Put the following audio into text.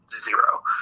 zero